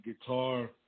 guitar